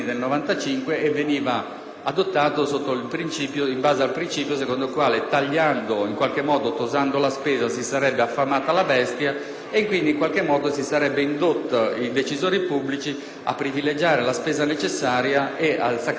adottato in base al principio secondo il quale tosando la spesa si sarebbe affamata la bestia e quindi si sarebbero indotti i decisori pubblici a privilegiare la spesa necessaria e a sacrificare la spesa cattiva.